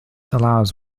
allows